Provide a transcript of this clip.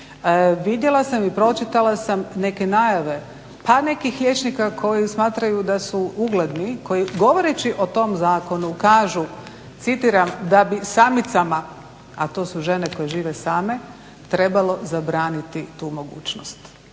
vidjela sam i pročitala sam neke najave pa nekih liječnika koji smatraju da su ugledni, koji govoreći o tom Zakonu kažu, citiram da bi samicama, a to su žene koje žive same trebalo zabraniti tu mogućnost.